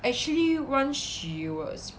actually once she was